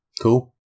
cool